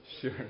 Sure